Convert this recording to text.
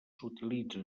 s’utilitza